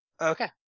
Okay